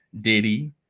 Diddy